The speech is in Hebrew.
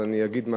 אז אני אגיד,